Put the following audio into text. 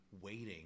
waiting